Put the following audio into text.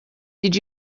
did